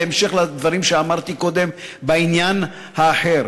בהמשך לדברים שאמרתי קודם בעניין האחר,